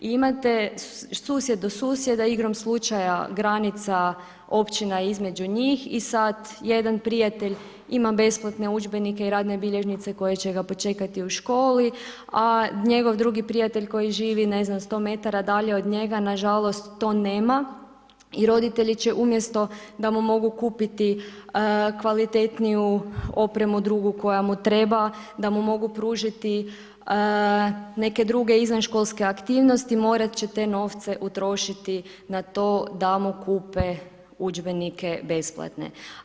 Imate, susjed do susjeda igrom slučaja, granica općina između njih, i sada jedan prijatelj ima besplatne udžbenike i radne bilježnice koje će ga počekati u školi, a njegov drugi prijatelj koji živi, ne znam, 100 m dalje od njega, na žalost, to nema i roditelji će umjesto da mu mogu kupiti kvalitetniju opremu drugu koja mu treba, da mu mogu pružiti neke druge izvanškolske aktivnosti, morati će te novce utrošiti na to da mu kupe udžbenike besplatne.